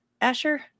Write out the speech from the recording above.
Asher